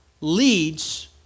leads